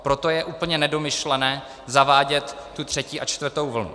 Proto je úplně nedomyšlené zavádět tu třetí a čtvrtou vlnu.